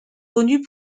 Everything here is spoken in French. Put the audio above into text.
connue